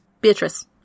Beatrice